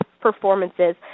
performances